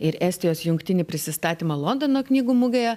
ir estijos jungtinį prisistatymą londono knygų mugėje